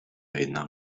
jedna